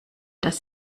dass